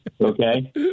Okay